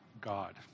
God